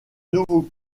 nouveau